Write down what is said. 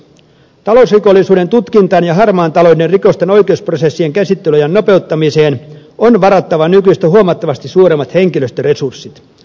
talousrikollisuuden tutkintaan ja harmaan talouden rikosten oikeusprosessien käsittelyajan nopeuttamiseen on varattava nykyistä huomattavasti suuremmat henkilöstöresurssit